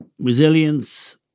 Resilience